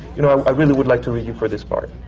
you know, i really would like to read you for this part.